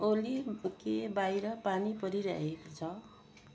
ओली के बाहिर पानी परिरहेको छ